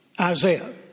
Isaiah